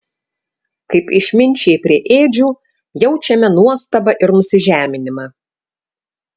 kaip išminčiai prie ėdžių jaučiame nuostabą ir nusižeminimą